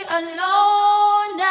alone